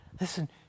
listen